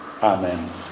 Amen